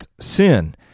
sin